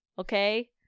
okay